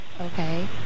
okay